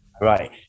Right